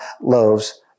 loaves